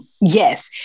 Yes